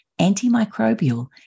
antimicrobial